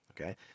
Okay